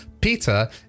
Peter